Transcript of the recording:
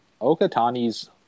Okatani's